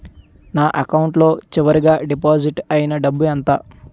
నా అకౌంట్ లో చివరిగా డిపాజిట్ ఐనా డబ్బు ఎంత?